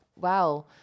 wow